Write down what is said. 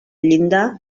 llindar